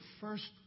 first